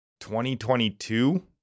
2022